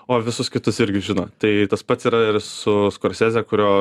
o visus kitus irgi žino tai tas pats yra ir su skorseze kurio